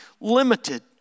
limited